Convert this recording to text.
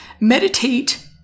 Meditate